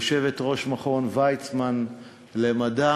יושבת-ראש מכון ויצמן למדע.